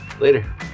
later